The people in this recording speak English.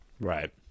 Right